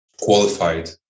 qualified